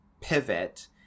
pivot